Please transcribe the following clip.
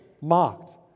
mocked